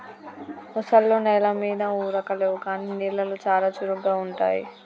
ముసల్లో నెల మీద ఉరకలేవు కానీ నీళ్లలో చాలా చురుగ్గా ఉంటాయి